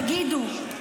תגידו,